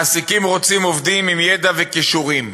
מעסיקים רוצים עובדים עם ידע וכישורים.